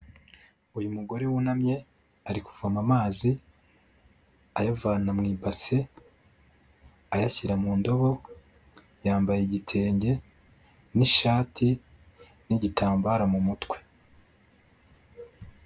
Uyu mugore wunamye ari kuvoma amazi ayavana mu ibase ayashyira mu ndobo, yambaye igitenge n'ishati n'igitambara mu mutwe.